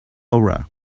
aura